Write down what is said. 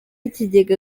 ikigega